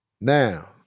now